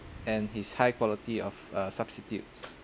and his high quality of uh substitutes